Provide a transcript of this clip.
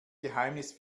geheimnis